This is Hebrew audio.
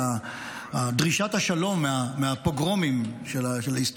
דרישות השלום מהפוגרומים של ההיסטוריה